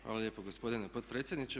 Hvala lijepa gospodine potpredsjedniče.